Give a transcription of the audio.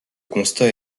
constat